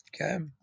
okay